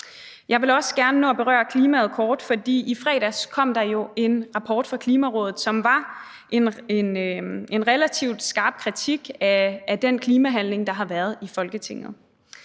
Jeg vil også gerne nå at berøre klimaet kort, for i fredags kom der jo en rapport fra Klimarådet, som var en relativt skarp kritik af den klimahandling, der har været i Folketinget.